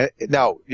Now